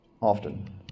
often